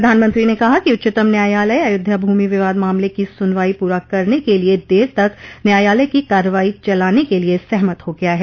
प्रधानमंत्री ने कहा कि उच्चतम न्यायालय अयोध्या भूमि विवाद मामले की सुनवाई पूरा करने के लिए देर तक न्यायालय की कार्रवाई चलाने के लिए सहमत हो गया है